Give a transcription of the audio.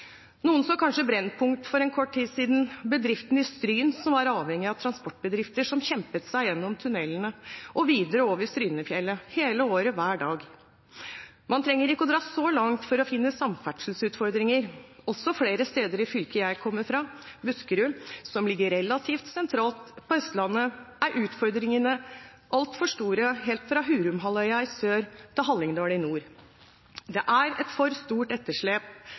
Noen så kanskje Brennpunkt for kort tid siden, om bedriften i Stryn som var avhengig av transportbedrifter som kjempet seg gjennom tunnelene og videre over Strynefjellet, hele året hver dag. Man trenger ikke dra så langt for å finne samferdselsutfordringer. Også flere steder i fylket jeg kommer fra, Buskerud, som ligger relativt sentralt på Østlandet, er utfordringene altfor store, helt fra Hurum-halvøya i sør til Hallingdal i nord. Det er et for stort etterslep